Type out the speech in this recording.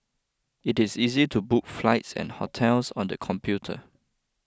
it is easy to book flights and hotels on the computer